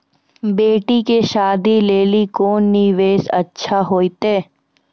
बेटी के शादी लेली कोंन निवेश अच्छा होइतै?